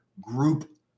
group